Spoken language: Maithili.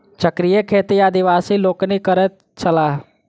चक्रीय खेती आदिवासी लोकनि करैत छलाह